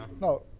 No